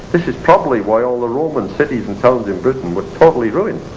this is probably why all the roman cities and towns in britain were totally ruined,